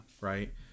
Right